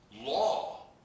law